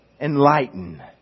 enlighten